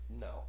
No